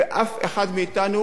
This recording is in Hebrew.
ואף אחד מאתנו